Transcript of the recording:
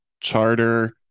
Charter